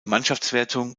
mannschaftswertung